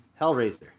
Hellraiser